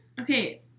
Okay